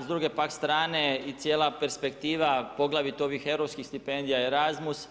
S druge pak strane i cijela perspektiva poglavito ovih europskih stipendija Erasmus,